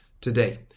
today